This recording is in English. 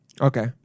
Okay